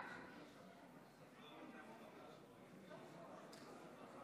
בהצעת האי-אמון השנייה, של ש"ס, יהדות התורה,